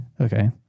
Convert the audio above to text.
Okay